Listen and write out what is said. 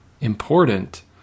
important